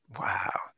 Wow